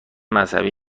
مذهبی